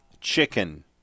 Chicken